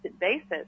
basis